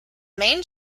main